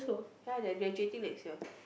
ya they are graduating next year